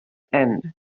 and